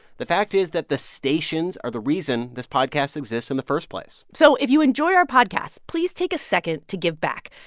the fact is that the stations are the reason this podcast exists in the first place so if you enjoy our podcast, please take a second to give back.